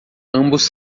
ambos